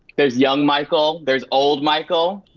there's young michael, there's old michael,